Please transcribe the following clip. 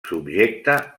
subjecte